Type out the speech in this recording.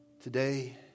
Today